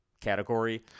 category